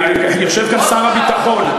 יושב כאן שר הביטחון.